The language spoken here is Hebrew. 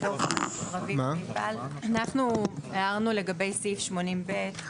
אנחנו הערנו לגבי סעיף 80(ב).